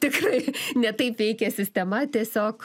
tikrai ne taip veikia sistema tiesiog